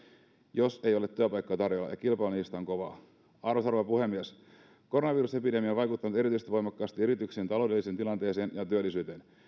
jos ei ole työpaikkoja tarjolla ja kilpailu niistä on kovaa arvoisa rouva puhemies koronavirusepidemia on vaikuttanut erityisen voimakkaasti yritysten taloudelliseen tilanteeseen ja työllisyyteen